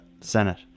Senate